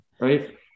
right